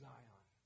Zion